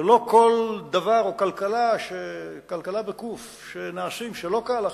ולא כל דבר או קלקלה שנעשים שלא כהלכה,